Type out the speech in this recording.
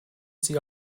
sie